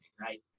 right